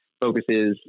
focuses